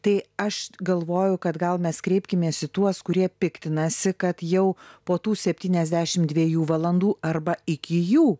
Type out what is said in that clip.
tai aš galvoju kad gal mes kreipkimės į tuos kurie piktinasi kad jau po tų septyniasdešim dviejų valandų arba iki jų